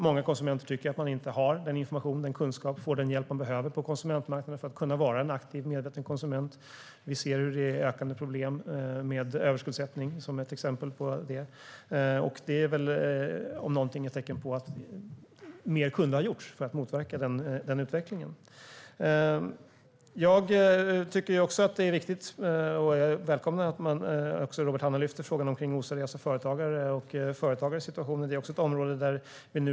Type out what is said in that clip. Många konsumenter tycker att de inte har den information och den kunskap eller får den hjälp de behöver på konsumentmarknaden för att kunna vara aktiva och medvetna konsumenter. Vi ser ökande problem med överskuldsättning som ett exempel på det. Det är väl, om någonting, ett tecken på att mer kunde ha gjorts för att motverka den utvecklingen. Jag välkomnar att Robert Hannah lyfter frågan om oseriösa företagare och företagares situation - jag tycker också att det är viktigt.